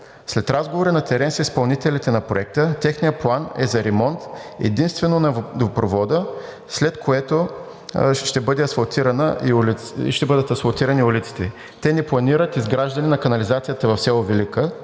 След разговори на терен с изпълнителите на Проекта техният план е за ремонт единствено на водопровода, след което ще бъдат асфалтирани улиците. Те не планират изграждане на канализацията в село Велика,